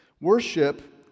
worship